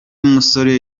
musore